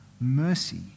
mercy